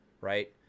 right